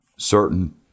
Certain